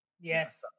Yes